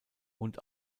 und